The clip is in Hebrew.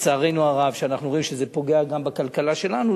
לצערנו הרב, אנחנו רואים שזה פוגע גם בכלכלה שלנו,